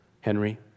Henry